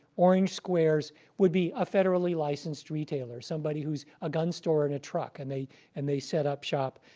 orange squares would be a federally licensed retailer, somebody who's a gun store in a truck, and they and they set up shop.